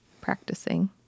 practicing